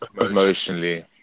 emotionally